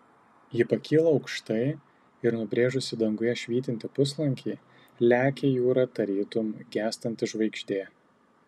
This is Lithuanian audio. ji pakyla aukštai ir nubrėžusi danguje švytintį puslankį lekia į jūrą tarytum gęstanti žvaigždė